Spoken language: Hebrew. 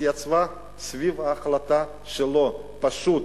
התייצבה סביב ההחלטה שלו, פשוט.